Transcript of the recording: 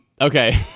okay